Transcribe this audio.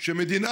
חושב שמדינה